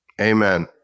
Amen